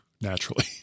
naturally